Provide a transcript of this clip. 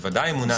ודאי אמונה דתית,